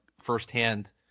firsthand